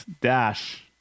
dash